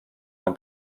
mein